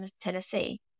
Tennessee